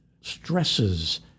stresses